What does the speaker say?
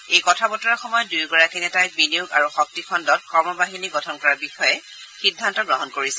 এই কথা বতৰাৰ সময়ত দুয়োগৰাকী নেতাই বিনিয়োগ আৰু শক্তিখণ্ডত কৰ্মবাহিনী গঠন কৰাৰ বিষয়ে সিদ্ধান্ত গ্ৰহণ কৰিছিল